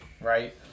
right